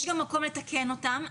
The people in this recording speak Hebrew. יש גם מקום לתקן אותם.